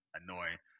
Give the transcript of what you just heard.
annoying